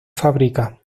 fabrica